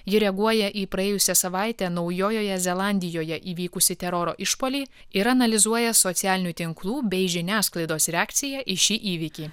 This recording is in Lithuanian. ji reaguoja į praėjusią savaitę naujojoje zelandijoje įvykusį teroro išpuolį ir analizuoja socialinių tinklų bei žiniasklaidos reakciją į šį įvykį